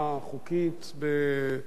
בעזרת השם,